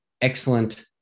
excellent